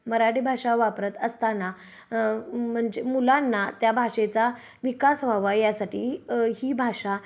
मराठी भाषा वापरत असताना म्हणजे मुलांना त्या भाषेचा विकास व्हावा यासाठी ही भाषा